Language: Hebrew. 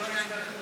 לא נותן סמכות.